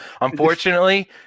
unfortunately